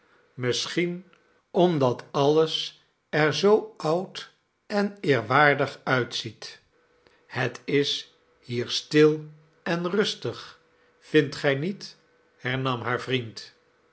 misschien omdat alles er zoo oud en eerwaardig uitziet het is hier stil en rustig vindt gij niet hernam haar vriend